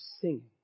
singing